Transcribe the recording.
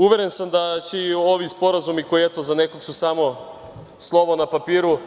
Uveren sam će i ovi sporazumi, koji, eto za nekog su samo slovo na papiru,